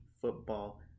Football